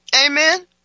Amen